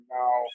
now